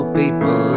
people